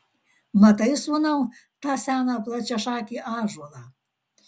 matai sūnau tą seną plačiašakį ąžuolą